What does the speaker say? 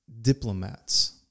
diplomats